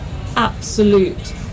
absolute